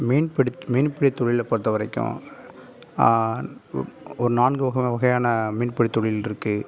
மீன்பிடித் மீன்பிடித் தொழிலை பொறுத்தவரைக்கும் ஒரு நான்கு வகை வகையான மீன்பிடித் தொழில் இருக்குது